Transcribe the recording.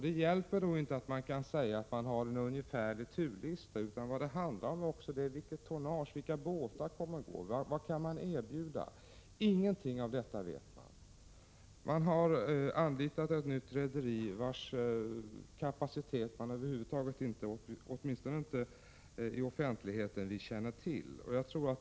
Det hjälper då inte att man säger att det finns en ungefärlig turlista, utan det handlar också om tonnage, vilka båtar som skall gå, vad som kan erbjudas — vi får inte veta någonting om detta. Ett nytt rederi har anlitats, vars kapacitet vi över huvud taget inte, åtminstone inte i offentligheten, känner till.